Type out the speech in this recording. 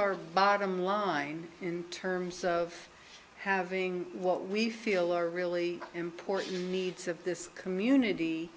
our bottom line in terms of having what we feel are really important needs of this community